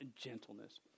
gentleness